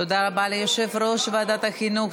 תודה רבה ליושב-ראש ועדת החינוך,